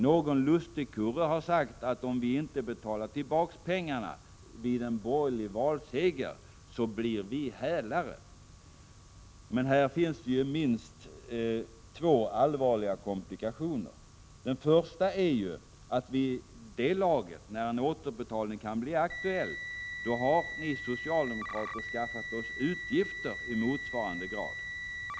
Någon lustigkurre har sagt att om vi inte betalar tillbaka pengarna vid en borgerlig valseger, så blir vi hälare. Men här finns ju minst två allvarliga komplikationer. Den första är att vid det laget när en återbetalning kan bli aktuell, då har ni socialdemokrater skaffat oss utgifter i motsvarande grad.